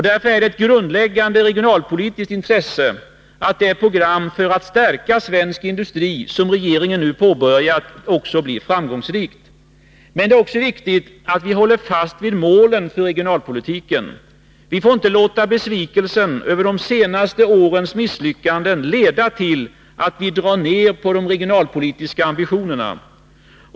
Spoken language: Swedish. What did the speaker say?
Därför är det ett grundläggande regionalpolitiskt intresse att det program för att stärka svensk industri, som regeringen nu påbörjat, också blir framgångsrikt. Men det är också viktigt att vi håller fast vid målen för regionalpolitiken. Vi får inte låta besvikelsen över de senaste årens misslyckanden leda till att vi drar ner på de regionalpolitiska ambitionerna.